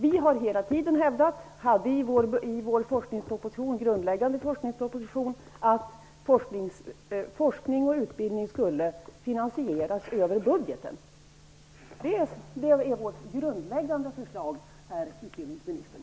Vi har hela tiden hävdat, och hade med i vår grundläggande forskningsproposition, att forskning och utbildning skulle finansieras över budgeten. Det är vårt grundläggande förslag, herr utbildningsminister.